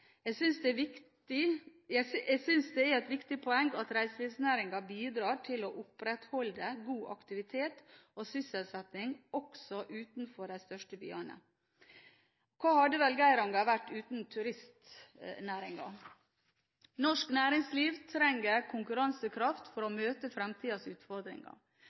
Jeg synes det er et viktig poeng at reiselivsnæringen bidrar til å opprettholde god aktivitet og sysselsetting også utenfor de største byene. Hva hadde vel Geiranger vært uten turistnæringen? Norsk næringsliv trenger konkurransekraft for å møte fremtidens utfordringer.